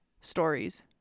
stories